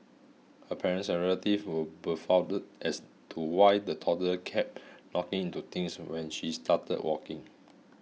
her parents and relatives were befuddled as to why the toddler kept knocking into things when she started walking